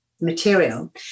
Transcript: material